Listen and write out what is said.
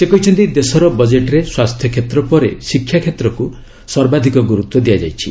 ସେ କହିଛନ୍ତି ଦେଶର ବଜେଟରେ ସ୍ପାସ୍ଥ୍ୟକ୍ଷେତ୍ର ପରେ ଶିକ୍ଷାକ୍ଷେତ୍ରକୁ ସର୍ବାଧିକ ଗୁରୁତ୍ୱ ଦିଆଯାଇଛି